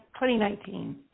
2019